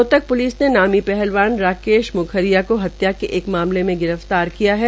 Rohtak police ने नामी पहलवान राकेश मोखरीया को हत्या के एक मामले में गिरफ्तार किया है